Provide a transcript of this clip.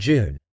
June